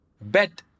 bet